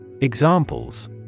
Examples